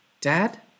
Dad